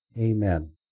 Amen